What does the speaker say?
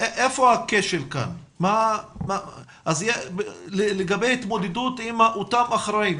איפה הכשל כאן לגבי התמודדות עם אותם אחראים,